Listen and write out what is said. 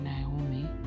Naomi